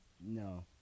No